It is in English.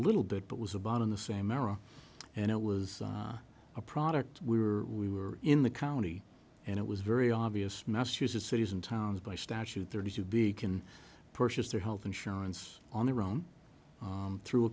little bit but was about in the same era and it was a product we were we were in the county and it was very obvious massachusetts cities and towns by statute thirty two big can purchase their health insurance on their own through a